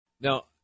Now